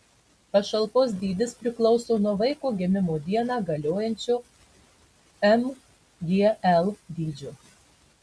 pašalpos dydis priklauso nuo vaiko gimimo dieną galiojančio mgl dydžio